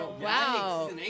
Wow